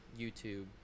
youtube